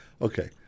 Okay